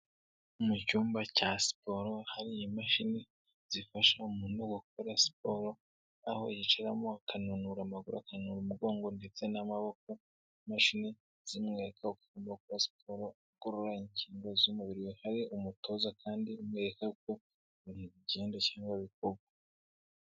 Mu cyumba cya siporo hari imashini zifasha umuntu gukora siporo, aho yicaramo akananura amaguru, akananura umugongo ndetse n'amaboko, imashini zimwereka ukuntu akora siporo akurura inkingi z'umubiri, hari umutoza kandi umwereka ko uko bigenda cyangwa bikorwa.